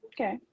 Okay